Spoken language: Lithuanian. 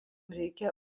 reikia